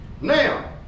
Now